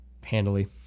handily